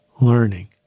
learning